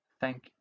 thank